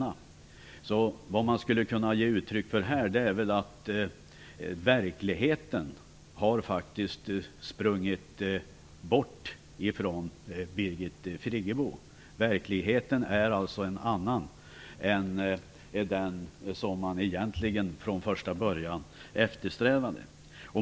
Vad man här skulle kunna ge uttryck för, är att verkligheten faktiskt har sprungit bort från Birgit Friggebo. Verkligheten i dag är en annan än den som från början eftersträvades.